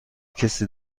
کسی